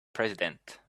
president